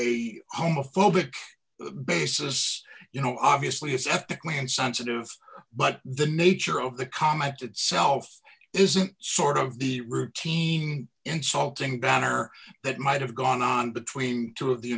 a homophobic basis you know obviously i mean sensitive but the nature of the comment itself isn't sort of the routine insulting banner that might have gone on between two of the